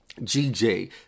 GJ